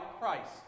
Christ